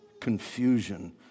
confusion